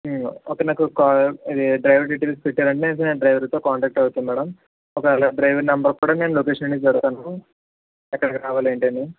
okay నాకు car ఇది driver details పెట్టారంటే నేను నేను డ్రైవర్తో కాంటాక్ట్ అవుతాను మ్యాడం ఒకేలా డ్రైవర్ నెంబర్ కూడా నేను లొకేషన్ అనేది పెడతాను ఎక్కడికి రావాలో ఏంటని